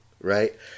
right